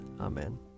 Amen